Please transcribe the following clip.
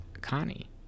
Connie